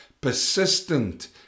persistent